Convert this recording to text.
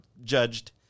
judged